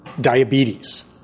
diabetes